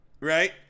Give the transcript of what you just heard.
right